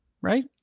Right